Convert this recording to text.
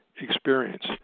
experience